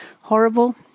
horrible